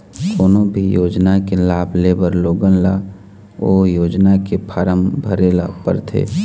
कोनो भी योजना के लाभ लेबर लोगन ल ओ योजना के फारम भरे ल परथे